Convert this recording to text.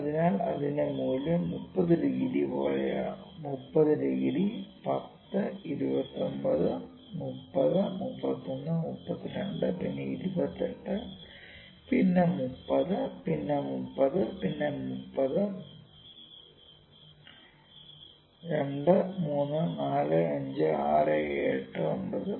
അതിനാൽ അതിന്റെ മൂല്യം 30 ഡിഗ്രി പോലെയാകും 30 ഡിഗ്രി 10 29 30 31 32 പിന്നെ 28 പിന്നെ 30 പിന്നെ 30 പിന്നെ 30 2 3 4 5 6 7 8 9